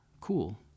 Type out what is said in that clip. Cool